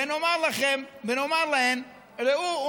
ונאמר להן: ראו,